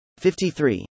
53